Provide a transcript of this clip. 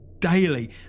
daily